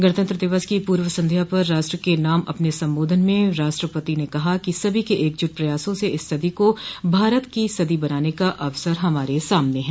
गणतंत्र दिवस की पूर्व संध्या पर राष्ट्र के नाम अपने संबोधन में राष्ट्रपति ने कहा सभी के एकजुट प्रयासों से इस सदी को भारत की सदी बनाने का अवसर हमारे सामन हैं